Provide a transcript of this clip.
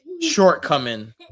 shortcoming